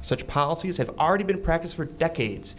such policies have already been practiced for decades